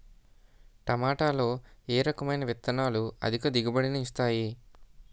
టమాటాలో ఏ రకమైన విత్తనాలు అధిక దిగుబడిని ఇస్తాయి